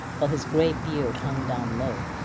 while his gray beard hung down low.